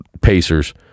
Pacers